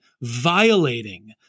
violating